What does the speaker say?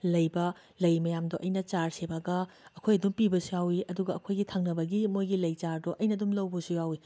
ꯂꯩꯕ ꯂꯩ ꯃꯌꯥꯝꯗꯣ ꯑꯩꯅ ꯆꯥꯔ ꯁꯦꯝꯃꯒ ꯑꯩꯈꯣꯏ ꯑꯗꯨꯝ ꯄꯤꯕꯁꯨ ꯌꯥꯎꯏ ꯑꯗꯨꯒ ꯑꯩꯈꯣꯏꯒꯤ ꯊꯪꯅꯕꯒꯤ ꯃꯣꯏꯒꯤ ꯂꯩ ꯆꯥꯔꯗꯣ ꯑꯩꯅ ꯑꯗꯨꯝ ꯂꯧꯕꯁꯨ ꯌꯥꯎꯏ